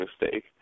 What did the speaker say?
mistake